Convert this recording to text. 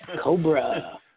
Cobra